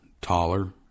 taller